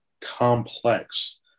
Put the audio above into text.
complex